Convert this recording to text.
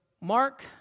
Mark